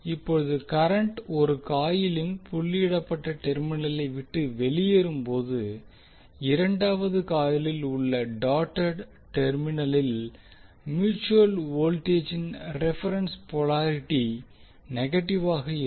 இப்போது கரன்ட் ஒரு காயிலின் புள்ளியிடப்பட்ட டெர்மினலை விட்டு வெளியேறும்போது இரண்டாவது காயிலில் உள்ள டாட்டேட் டெர்மினலில் மியூச்சுவல் வோல்டேஜின் ரெஃபெரென்ஸ் போலாரிட்டி நெகட்டிவாக இருக்கும்